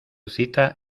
cita